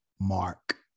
Mark